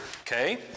Okay